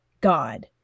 God